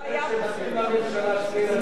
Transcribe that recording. אם זה לא היה, לא להשביע את הממשלה